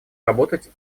работать